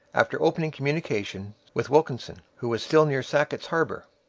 after opening communications with wilkinson, who was still near sackett's harbour.